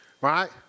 Right